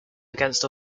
against